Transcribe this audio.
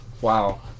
Wow